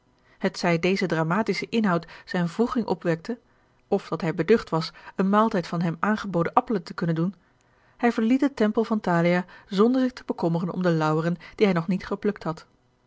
hetzij deze dramatische inhoud zijne wroeging opwekte of dat hij beducht was een maaltijd van hem aangeboden appelen te kunnen doen hij verliet den tempel van thalia zonder zich te bekommeren om de lauweren die hij nog niet geplukt had